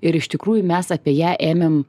ir iš tikrųjų mes apie ją ėmėm